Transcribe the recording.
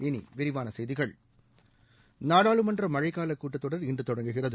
இனி விரிவான செய்திகள் நாடாளுமன்ற மழைக்கால கூட்டத்தொடர் இன்று தொடங்குகிறது